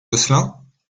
gosselin